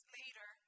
later